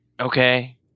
Okay